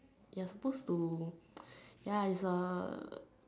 ya suppose to ya is a